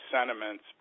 sentiments